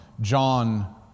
John